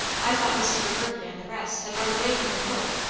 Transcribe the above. i thought mrs. reverdy and the rest had run away from the cold.